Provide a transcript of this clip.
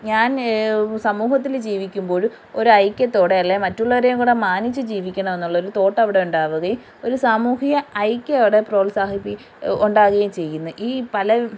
ഞാൻ സമൂഹത്തിൽ ജീവിക്കുമ്പോഴ് ഒരു ഐക്യത്തോടെ അല്ലെങ്കിൽ മറ്റുള്ളവരേയും കൂടെ മാനിച്ച് ജീവിക്കണമെന്നുള്ള ഒരു തോട്ട് അവിടെയുണ്ടാവുകയും ഒരു സാമൂഹിക ഐക്യം അവിടെ പ്രോത്സാഹിപ്പിക്കുകയും ഉണ്ടാവുകയും ചെയ്യുന്നു ഈ പല